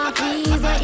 please